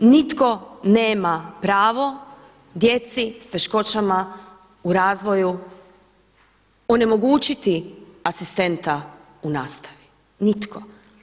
Nitko nema pravo djeci s teškoćama u razvoju onemogućiti asistenta u nastavi, nitko.